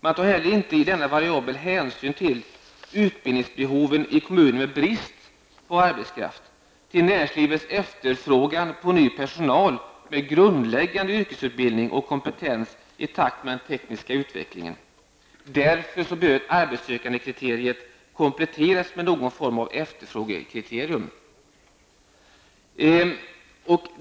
Man tar inte heller i denna variabel hänsyn till utbildningsbehoven i kommuner med brist på arbetskraft och till näringslivets efterfrågan på ny personal med grundläggande yrkesutbildning och kompetens i takt med den tekniska utvecklingen. Därför bör arbetssökandekriteriet kompletteras med någon form av efterfrågekriterium.